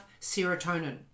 serotonin